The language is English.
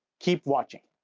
keep watching.